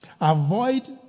Avoid